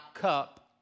cup